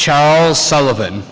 charles sullivan